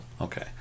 Okay